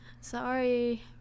Sorry